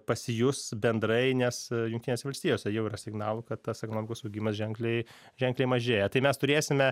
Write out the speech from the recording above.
pasijus bendrai nes jungtinėse valstijose jau yra signalų kad tas ekonomikos augimas ženkliai ženkliai mažėja tai mes turėsime